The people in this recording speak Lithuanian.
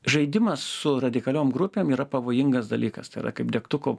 žaidimas su radikaliom grupėm yra pavojingas dalykas tai yra kaip degtuko